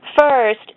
First